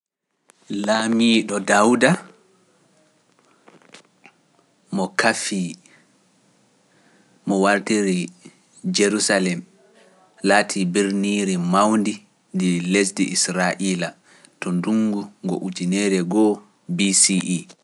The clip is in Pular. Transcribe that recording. Laamiiɗo Daawuuda mo kaffi mo wartiri Jerusalem laatii birniiri mawndi ndi lesdi Israa’iila to ndungu ngo ujunere ngoo BCE.